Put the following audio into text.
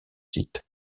sites